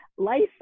life